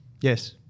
Yes